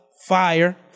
fire